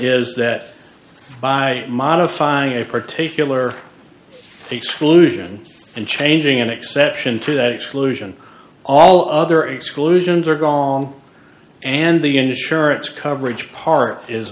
is that by modifying a particular exclusion and changing an exception to that exclusion all other exclusions are gong and the insurance coverage part is